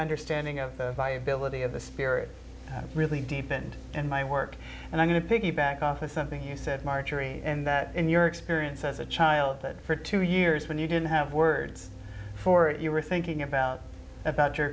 understanding of the viability of the spirit really deepened in my work and i'm going to piggyback off of something you said margery and that in your experience as a child but for two years when you didn't have words for it you were thinking about about your